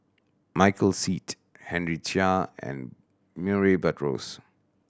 Michael Seet Henry Chia and Murray Buttrose